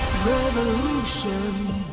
Revolution